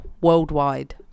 worldwide